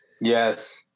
Yes